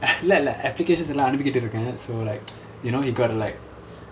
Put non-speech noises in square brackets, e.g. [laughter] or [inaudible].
[noise] இல்ல இல்ல:illa illa applications leh அன்னைக்கே அனுப்பிட்டேன்:annaikkae anuppittaen so like [noise] you know you got to like